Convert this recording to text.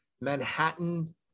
Manhattan